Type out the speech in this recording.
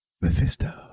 Mephisto